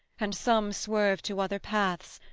and some swerve to other paths,